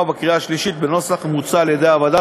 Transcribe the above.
ובקריאה שלישית בנוסח המוצע על-ידי הוועדה.